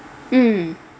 mm